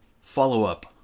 follow-up